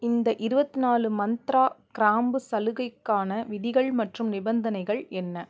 இந்த இருவத்தி நாலு மந்த்ரா கிராம்பு சலுகைக்கான விதிகள் மற்றும் நிபந்தனைகள் என்ன